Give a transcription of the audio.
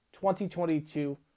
2022